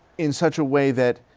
in such a way that.